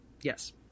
Yes